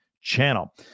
channel